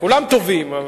כולם טובים.